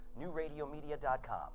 NewRadioMedia.com